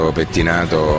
pettinato